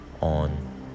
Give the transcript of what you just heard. on